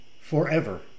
forever